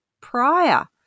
prior